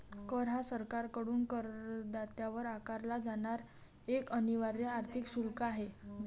कर हा सरकारकडून करदात्यावर आकारला जाणारा एक अनिवार्य आर्थिक शुल्क आहे